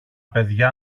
παιδιά